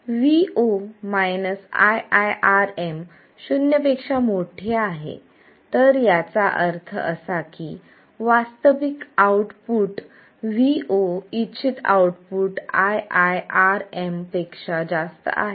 त्यामुळे जर vo iiRm शून्य पेक्षा मोठे आहे तर याचा अर्थ असा की वास्तविक आउटपुट vo इच्छित आउटपुट iiRm पेक्षा जास्त आहे